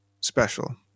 special